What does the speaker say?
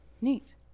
neat